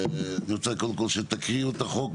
אני רוצה קודם שתקריאו את החוק,